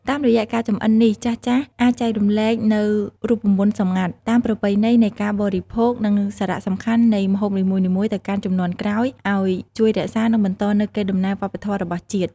តាមរយៈការចម្អិននេះចាស់ៗអាចចែករំលែកនូវរូបមន្តសម្ងាត់ តាមប្រពៃណីនៃការបរិភោគ និងសារៈសំខាន់នៃម្ហូបនីមួយៗទៅកាន់ជំនាន់ក្រោយអោយជួយរក្សា និងបន្តនូវកេរដំណែលវប្បធម៌របស់ជាតិ ។